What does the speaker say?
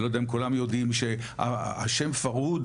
אני לא יודע אם כולם יודעים שהשם פרהוד,